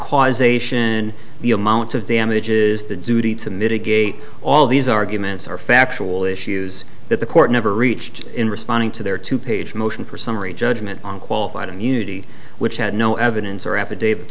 causation the amount of damages the duty to mitigate all these arguments are factual issues that the court never reached in responding to their two page motion for summary judgment on qualified immunity which had no evidence or affidavi